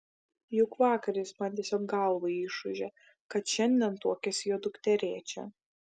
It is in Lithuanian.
juk vakar jis man tiesiog galvą išūžė kad šiandien tuokiasi jo dukterėčia